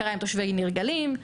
קרה עם תושבי ניר גלים,